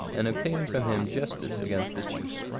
and obtain from him justice against the chief,